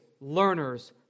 learners